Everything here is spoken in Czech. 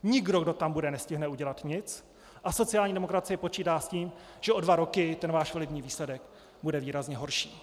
Nikdo, kdo tam bude, nestihne udělat nic a sociální demokracie počítá s tím, že o dva roky váš volební výsledek bude výrazně horší.